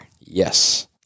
Yes